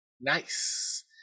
Nice